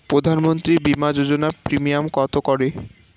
প্রধানমন্ত্রী বিমা যোজনা প্রিমিয়াম কত করে?